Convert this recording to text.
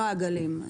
לא העגלים.